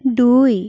দুই